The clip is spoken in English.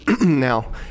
Now